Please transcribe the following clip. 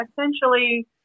Essentially